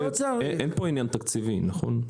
אין פה עניין תקציבי, נכון?